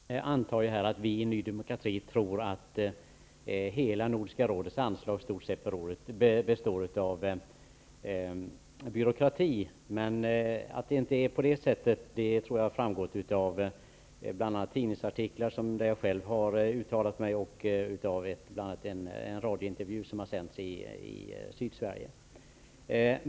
Herr talman! Daniel Tarschys antar här att vi i Ny demokrati tror att hela Nordiska rådets anslag i stort sett består av byråkrati. Att det inte är på det sättet tror jag har framgått av bl.a. tidningsartiklar där jag själv har uttalat mig och av en rad intervjuer i Sydsverige.